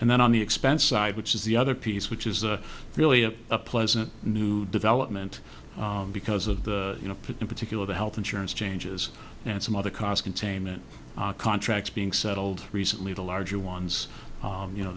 and then on the expense side which is the other piece which is really a pleasant new development because of the you know put in particular the health insurance changes and some other cost containment contracts being settled recently the larger ones you know